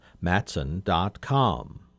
Matson.com